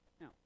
Now